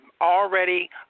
already